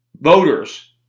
voters